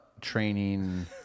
training